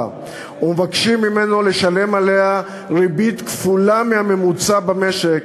ומבקשים ממנו לשלם עליה ריבית כפולה מהממוצע במשק,